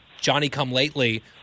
Johnny-come-lately